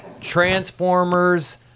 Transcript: Transformers